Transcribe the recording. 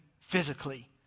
physically